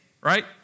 right